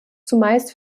zumeist